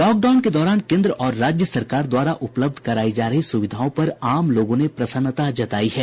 lockdown के दौरान केन्द्र और राज्य सरकार द्वारा उपलब्ध करायी जा रही सुविधाओं पर आम लोगों ने प्रसन्नता जतायी है